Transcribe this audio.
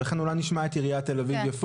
ולכן אולי נשמע את עיריית תל אביב-יפו